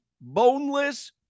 boneless